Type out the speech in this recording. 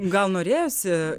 gal norėjosi